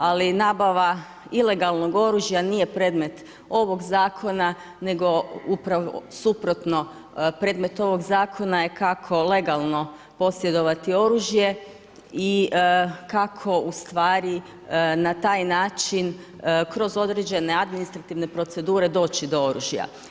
Ali nabava ilegalnog oružja nije predmet ovoga zakona, nego upravo suprotno predmet ovoga zakona je kako legalno posjedovati oružje i kako ustvari na taj način kroz određene administrativne procedure doći do oružja.